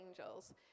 angels